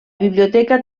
biblioteca